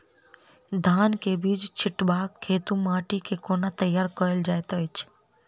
धान केँ बीज छिटबाक हेतु माटि केँ कोना तैयार कएल जाइत अछि?